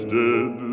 dead